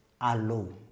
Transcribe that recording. alone